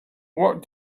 what